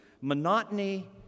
monotony